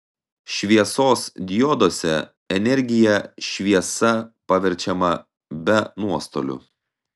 šviesos dioduose energija šviesa paverčiama be nuostolių